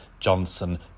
Johnson